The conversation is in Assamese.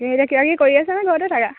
এয়া এতিয়া কিবা কিবি কৰি আছা নে ঘৰতে থাকা